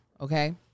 okay